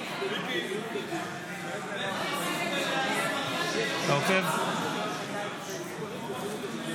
24, כהצעת הוועדה, נתקבל.